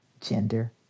gender